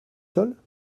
seules